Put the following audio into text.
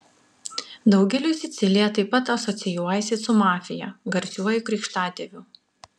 daugeliui sicilija taip pat asocijuojasi su mafija garsiuoju krikštatėviu